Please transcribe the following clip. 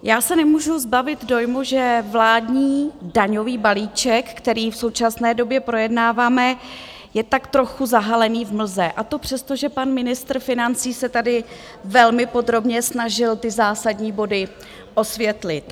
Já se nemůžu zbavit dojmu, že vládní daňový balíček, který v současné době projednáváme, je tak trochu zahalený v mlze a to přestože pan ministr financí se tady velmi podrobně snažil ty zásadní body osvětlit.